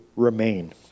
remain